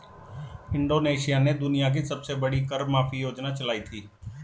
Indonesia ने दुनिया की सबसे बड़ी कर माफी योजना चलाई थी